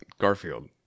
Garfield